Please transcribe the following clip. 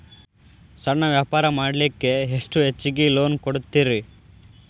ಸಣ್ಣ ವ್ಯಾಪಾರ ಮಾಡ್ಲಿಕ್ಕೆ ಎಷ್ಟು ಹೆಚ್ಚಿಗಿ ಲೋನ್ ಕೊಡುತ್ತೇರಿ?